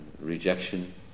rejection